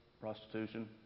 prostitution